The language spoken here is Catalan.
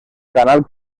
canal